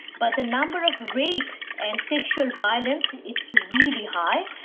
but the number of rape and sexual violence, it's really high,